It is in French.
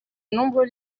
nombreux